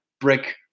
brick